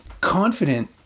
confident